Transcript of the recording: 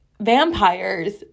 vampires